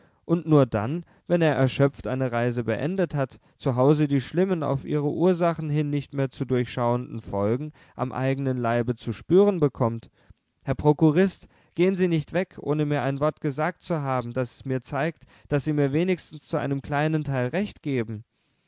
und nur dann wenn er erschöpft eine reise beendet hat zu hause die schlimmen auf ihre ursachen hin nicht mehr zu durchschauenden folgen am eigenen leibe zu spüren bekommt herr prokurist gehen sie nicht weg ohne mir ein wort gesagt zu haben das mir zeigt daß sie mir wenigstens zu einem kleinen teil recht geben